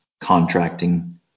contracting